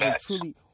truly